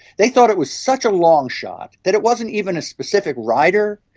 they thought it was such a long shot that it wasn't even a specific rider,